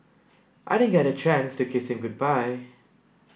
I didn't get a chance to kiss him goodbye